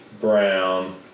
Brown